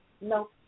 no